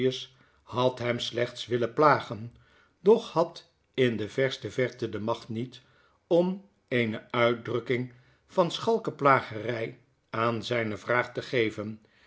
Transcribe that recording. had hem slechts willen plagen doch haain de verste verte demacht niet om eene uitdrukking van schalke plagerij aan zijne vraag te geven